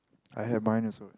I have mine also